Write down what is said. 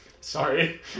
Sorry